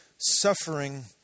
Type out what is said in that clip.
suffering